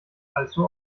allzu